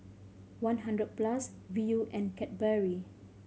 One Hundred Plus Viu and Cadbury